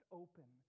open